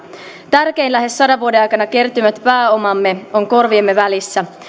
tärkein lähes sadan vuoden aikana kertynyt pääomamme on korviemme välissä